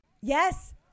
Yes